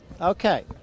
Okay